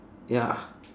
ya